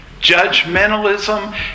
Judgmentalism